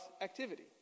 activity